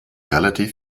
relativ